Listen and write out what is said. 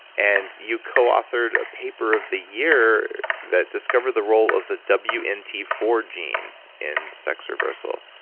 and you co-authored a paper of the year that discovered the role of the w n t four gene in sex reversal.